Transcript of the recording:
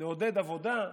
נעודד עבודה.